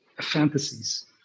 fantasies